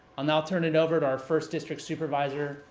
i'll now turn it over to our first district supervisor,